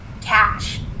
cash